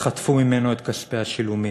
וחטפו ממנו את כספי השילומים.